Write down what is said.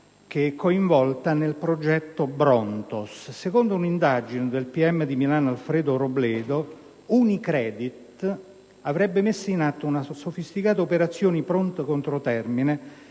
che è coinvolta nel progetto Brontos. Secondo un'indagine del pubblico ministero di Milano, Afredo Robledo, UniCredit avrebbe messo in atto una sofisticata operazione di pronti contro termine